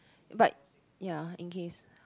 but ya in case